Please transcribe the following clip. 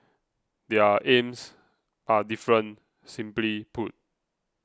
their aims are different simply put